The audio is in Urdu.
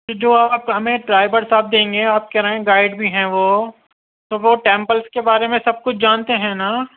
جو آپ ہمیں ڈرائیور صاحب دیں گے آپ کہہ رہے ہیں گائیڈ بھی ہیں وہ تو وہ ٹیمپلس کے بارے میں سب کچھ جانتے ہیں نا